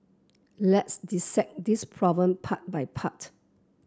let's dissect this problem part by part